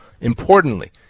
importantly